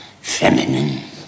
feminine